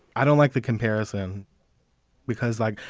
i don't like the comparison because, like,